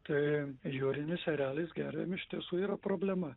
tai jūrinis erelis gervėm iš tiesų yra problema